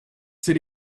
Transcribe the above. city